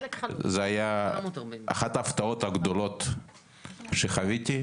זו הייתה אחת ההפתעות הגדולות שחוויתי,